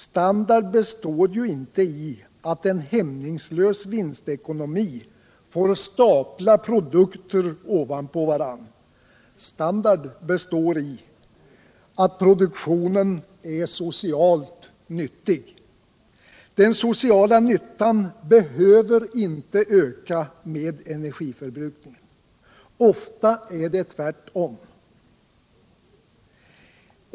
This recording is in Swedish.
Standard består inte i att en hämningslös vinstekonomi får stapla produkter ovanpå varandra. Standard består i att produktionen är socialt nyttig. Den sociala nyttan behöver inte öka med ökad energiförbrukning. Ofta är det tvärtom.